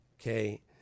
okay